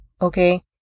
Okay